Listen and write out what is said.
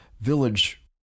village